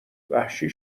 وحشی